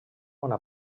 una